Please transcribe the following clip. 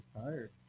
tired